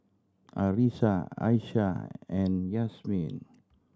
Arissa Aisyah and Yasmin